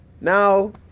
Now